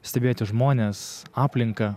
stebėti žmones aplinką